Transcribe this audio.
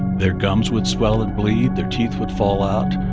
their gums would swell and bleed. their teeth would fall out.